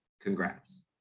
congrats